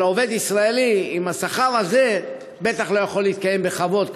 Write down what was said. אבל עובד ישראלי עם השכר הזה בטח לא יכול להתקיים בכבוד,